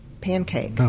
pancake